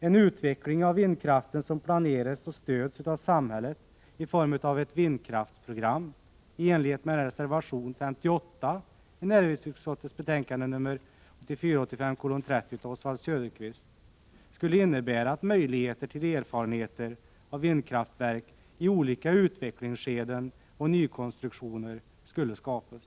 En utveckling av vindkraften som planeras och stöds av samhället i form av ett vindkraftsprogram i enlighet med reservation 58 av Oswald Söderqvist i näringsutskottets betänkande 1984/85:30 skulle innebära att möjligheter till erfarenheter av vindkraftverk i olika utvecklingsskeden och nykonstruktioner skulle skapas.